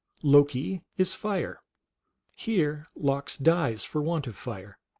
loki is fire here lox dies for want of fire.